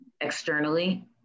externally